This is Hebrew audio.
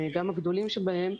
גם הגדולים שבהם,